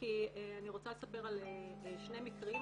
כי אני רוצה לספר על שני מקרים,